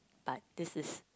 but this is